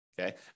Okay